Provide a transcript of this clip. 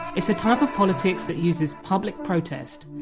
it's a type of politics that uses public protest,